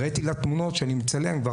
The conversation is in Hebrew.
והראיתי לה תמונות שאני מצלם כבר,